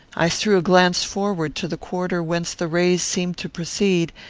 i threw a glance forward to the quarter whence the rays seemed to proceed,